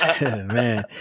Man